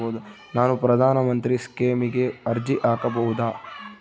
ನಾನು ಪ್ರಧಾನ ಮಂತ್ರಿ ಸ್ಕೇಮಿಗೆ ಅರ್ಜಿ ಹಾಕಬಹುದಾ?